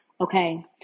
okay